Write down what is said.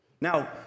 Now